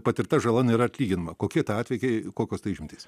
patirta žala nėra atlyginama kokie tie atvejai kokios tai išimtys